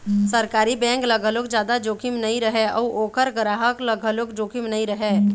सरकारी बेंक ल घलोक जादा जोखिम नइ रहय अउ ओखर गराहक ल घलोक जोखिम नइ रहय